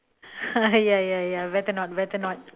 ya ya ya better not better not